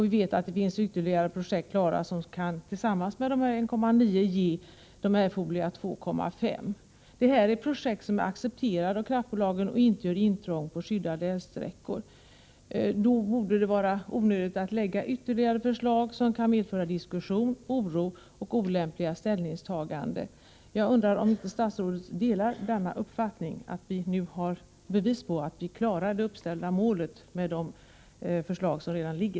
Vi vet att det finns ytterligare projekt klara som tillsammans med dessa 1,9 TWh kan ge de erforderliga 2,5 TWh. Det här är projekt som är accepterade, och kraftbolagen gör inte intrång på skyddade älvsträckor. Då är det onödigt att lägga fram ytterligare förslag som kan leda till diskussion, oro och olämpliga ställningstaganden. Jag undrar om inte statsrådet delar denna uppfattning — att vi nu har bevis på att vi klarar det uppställda målet med de förslag som redan finns.